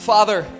Father